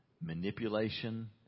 manipulation